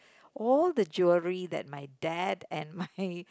all the jewellery that my dad and my